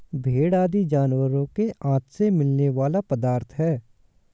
भेंड़ आदि जानवरों के आँत से मिलने वाला पदार्थ है